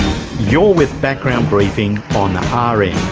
you're with background briefing on um ah rn,